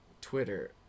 Twitter